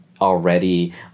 already